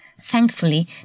Thankfully